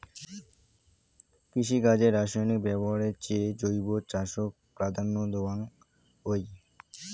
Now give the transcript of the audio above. কৃষিকাজে রাসায়নিক ব্যবহারের চেয়ে জৈব চাষক প্রাধান্য দেওয়াং হই